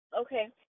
Okay